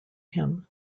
him